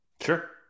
Sure